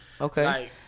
okay